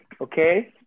okay